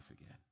again